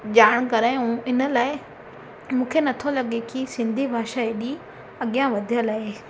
ॼाण करायूं हिन लाइ मूंखे नथो लॻे की सिंधी भाषा हेॾी अॻियां वधियल आहे